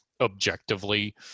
objectively